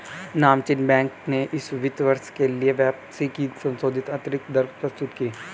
नामचीन बैंक ने इस वित्त वर्ष के लिए वापसी की संशोधित आंतरिक दर प्रस्तुत की